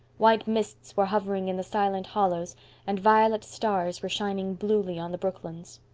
white mists were hovering in the silent hollows and violet stars were shining bluely on the brooklands.